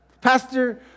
Pastor